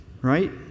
Right